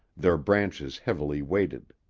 their branches heavily weighted.